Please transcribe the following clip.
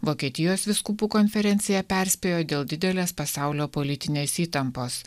vokietijos vyskupų konferencija perspėjo dėl didelės pasaulio politinės įtampos